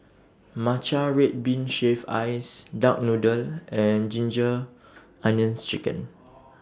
Matcha Red Bean Shaved Ice Duck Noodle and Ginger Onions Chicken